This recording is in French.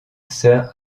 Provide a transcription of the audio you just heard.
sir